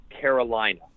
Carolina